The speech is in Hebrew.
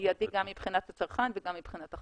מיידי גם מבחינת הצרכן וגם מבחינת החנות.